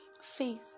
faith